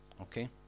okay